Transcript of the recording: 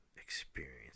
Experience